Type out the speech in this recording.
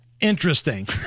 interesting